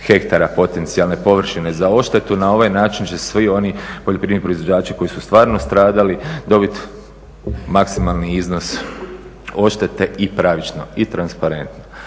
potencijalne površine za odštetu. Na ovaj način će svi oni poljoprivredni proizvođači koji su stvarno stradali dobiti maksimalni iznos odštete i pravično i transparentno.